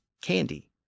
candy